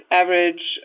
average